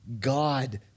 God